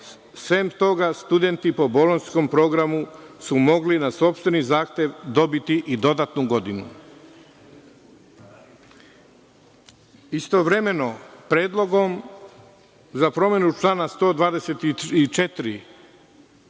sem toga studenti po bolonjskom programu su mogli na sopstveni zahtev dobiti i dodatnu godinu. Istovremeno, predlogom za promenu člana 124.